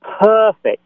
Perfect